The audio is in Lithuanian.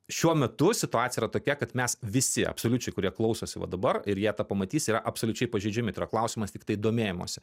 šiuo metu situacija yra tokia kad mes visi absoliučiai kurie klausosi va dabar ir jie tą pamatys yra absoliučiai pažeidžiami tai yra klausimas tiktai domėjimosi